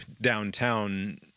downtown